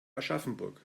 aschaffenburg